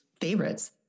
favorites